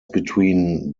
between